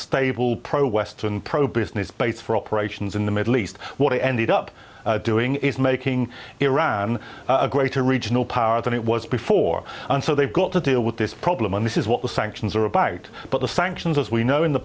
stable pro western pro business base for operations in the middle east what they ended up doing is making iran a greater regional power than it was before and so they've got to deal with this problem and this is what the sanctions are about but the sanctions as we know in the